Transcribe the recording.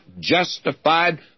justified